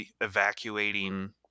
evacuating